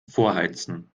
vorheizen